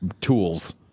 tools